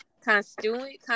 constituent